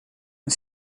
een